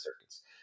circuits